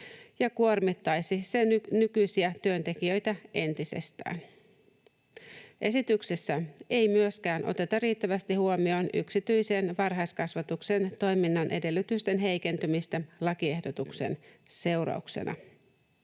ja kuormittaisi sen nykyisiä työntekijöitä entisestään. Esityksessä ei myöskään oteta riittävästi huomioon yksityisen varhaiskasvatuksen toiminnan edellytysten heikentymistä lakiehdotuksen seurauksena.